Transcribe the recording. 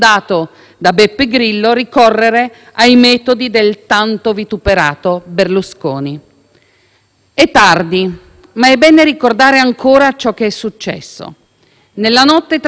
È tardi, ma è bene ricordare ancora ciò che è successo. Nella notte tra il 14 e il 15 agosto 2018, la nave della Guardia costiera italiana Diciotti salvò